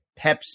Pepsi